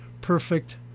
perfect